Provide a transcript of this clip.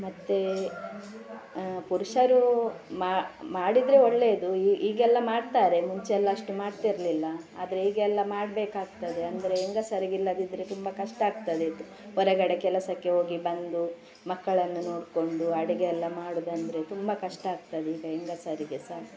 ಮತ್ತು ಪುರುಷರು ಮಾಡಿದರೆ ಒಳ್ಳೆಯದು ಈಗ ಈಗೆಲ್ಲ ಮಾಡ್ತಾರೆ ಮುಂಚೆ ಎಲ್ಲ ಅಷ್ಟು ಮಾಡ್ತಿರಲಿಲ್ಲ ಆದರೆ ಈಗ ಎಲ್ಲ ಮಾಡಬೇಕಾಗ್ತದೆ ಅಂದರೆ ಹೆಂಗಸರಿಗೆ ಇಲ್ಲದಿದ್ದರೆ ತುಂಬ ಕಷ್ಟ ಆಗ್ತದೆ ಹೊರಗಡೆ ಕೆಲಸಕ್ಕೆ ಹೋಗಿ ಬಂದು ಮಕ್ಕಳನ್ನು ನೋಡಿಕೊಂಡು ಅಡುಗೆ ಎಲ್ಲ ಮಾಡೋದು ಅಂದರೆ ತುಂಬ ಕಷ್ಟ ಆಗ್ತದೆ ಈಗ ಹೆಂಗಸರಿಗೆ ಸಹ